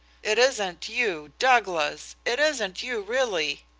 it isn't you, douglas. it isn't you really?